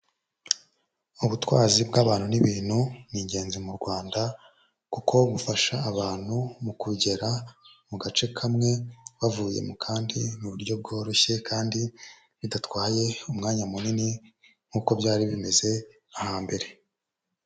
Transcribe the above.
Ubutwari bw'abantu n'ibintu ni ingenzi mu Rwanda kuko bufasha abantu mu kugera mu gace kamwe, bavuye mu kandi mu buryo bworoshye kandi bidatwaye umwanya munini nk'uko byari bimeze hambere.